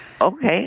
Okay